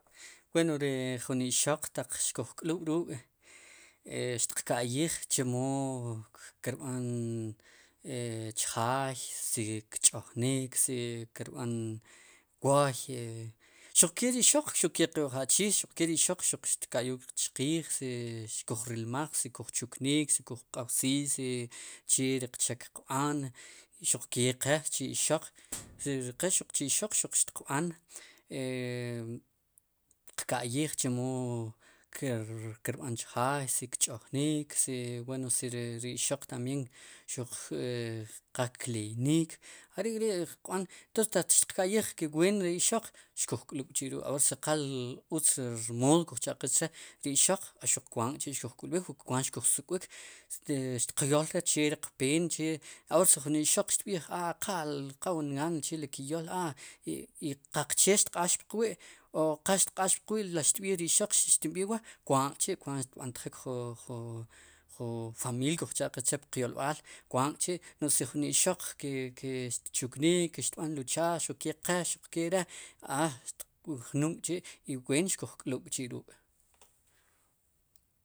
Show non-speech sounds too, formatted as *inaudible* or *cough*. Wen ri jun ixoq taq xkuj k'lub'ruuk' *hesitation* xtiqka'yiij mu kirb'an *hesitation* chjaay si kch'onik kirb'an wooy xuq kee ri ixoq xuq ke qe uj achii xuke ri ixoq xuq tka'yuul chqiij si xkuj rilmaj si kuj chuknik si kuj pq'aw sii' e che riq chek xtiqb'an i xuq ke qe chi ixoq *noise* ri qe xuq chi ixoq xtiq b'an *hesitation* xtiq ka'yij wu kirb'an chjaay si kch'ojnik si wen si ri ixoq tambien xuq qal kleynik are'k'ri qb'an xtiq ka'yij ke ween ri ixoq xkujk'lub'chi'ruuk' awor si qal utz ri rmood kuj cha' qe chee ri ixoq kwaat k'chi' xkuj k'ulb'ik kum kwaat xkuj suk'b'ik si xtqyool che riq peen che awoor si jun ixoq xtb'iij a qal qa wan gaan che ri jin kiyool a i qaqchee xtq'aax puq wi' o qal xtq'aax puq wi' xtb'iij ri ixoq i xtib'iij wa' kwaat k'chi' kwaat xtb'antjik jun famiil kujchaqe chee puq yolb'al kuantk'chi' no'j si jun ixoq ke ke xtchuknik xtb'an luchar xuq ke qe xuq ke re a xuq jnum k'chi' i ween xkuj k'lub'k'chi' ruuk'.